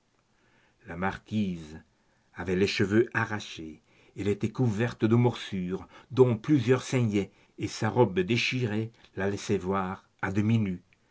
la marquise avait les cheveux arrachés elle était couverte de morsures dont plusieurs saignaient et sa robe déchirée la laissait voir à demi-nue